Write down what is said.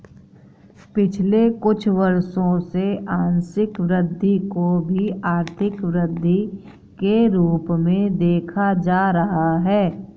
पिछले कुछ वर्षों से आंशिक वृद्धि को भी आर्थिक वृद्धि के रूप में देखा जा रहा है